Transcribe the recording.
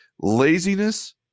laziness